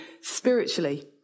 spiritually